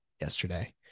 yesterday